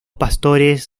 pastores